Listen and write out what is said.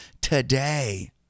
today